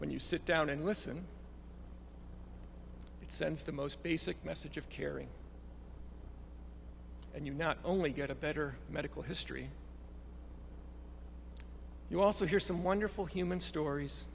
when you sit down and listen it sends the most basic message of caring and you not only get a better medical history you also hear some wonderful human stories